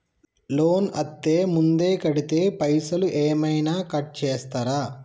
Loan అత్తే ముందే కడితే పైసలు ఏమైనా కట్ చేస్తరా?